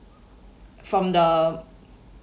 from the